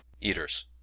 eaters